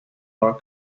are